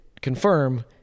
confirm